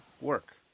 work